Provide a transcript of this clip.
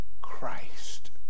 Christ